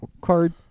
card